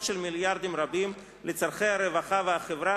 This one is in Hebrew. של מיליארדים רבים לצורכי הרווחה והחברה,